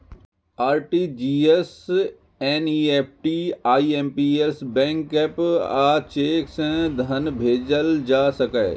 RTGS, NEFT, IMPS, bank app आ cheque सं धन भेजल जा सकैए